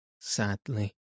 sadly